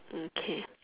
okay